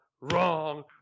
wrong